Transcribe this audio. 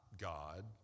God